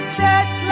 church